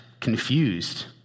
confused